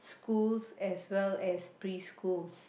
schools as well as preschools